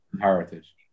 Heritage